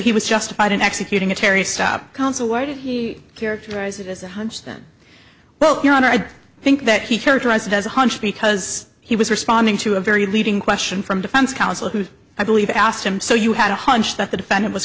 he was justified in executing a terry stop counsel would he characterize it as a hunch then well your honor i think that he characterized it as a hunch because he was responding to a very leading question from defense counsel who i believe asked him so you had a hunch that the defendant was